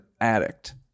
addict